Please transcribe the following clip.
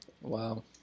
Wow